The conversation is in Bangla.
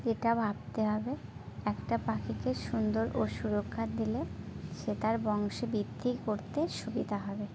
এটা ভাবতে হবে একটা পাখিকে সুন্দর ও সুরক্ষা দিলে সে তার বংশ বৃদ্ধি করতে সুবিধা হবে